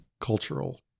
cultural